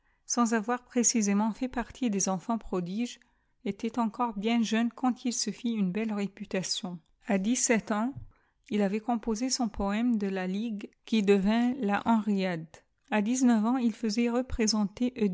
sans avoir précisément fait partie des enfants prodis était encore bien jeune quand il se fit une belle réputation à dix-sept ans il avait ccmiposé son poëme de la ligue qui devint la à dix-neuf ans il faisait représenter